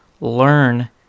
learn